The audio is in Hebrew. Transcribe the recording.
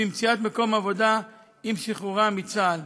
במציאת מקום עבודה עם שחרורם מצה"ל.